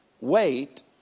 Wait